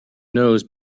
nose